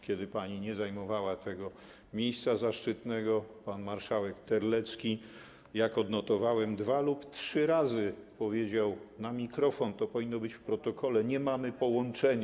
Kiedy pani nie zajmowała tego miejsca zaszczytnego, pan marszałek Terlecki, jak odnotowałem, dwa lub trzy razy powiedział do mikrofonu, to powinno być w protokole: nie mamy połączenia.